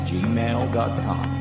gmail.com